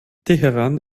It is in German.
teheran